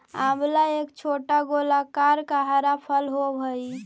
आंवला एक छोटा गोलाकार का हरा फल होवअ हई